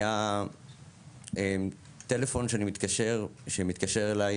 היה טלפון שמתקשר אליי,